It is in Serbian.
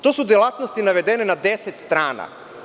To su delatnosti navedene na deset strana.